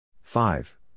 Five